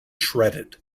shredded